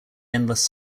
endless